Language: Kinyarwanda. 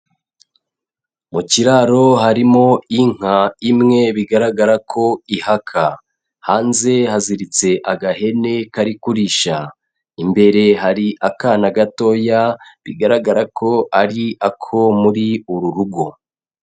Mu kiraro harimo inka imwe bigaragara ko ihaka, hanze haziritse agahene kari kurisha, imbere hari akana gatoya bigaragara ko ari ako muri uru rugo.